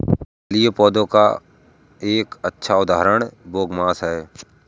जलीय पौधों का एक अच्छा उदाहरण बोगमास है